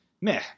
meh